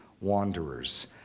wanderers